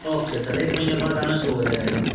okay sir ایک مہینے بعد آنا شروع ہو جائے گا